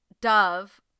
dove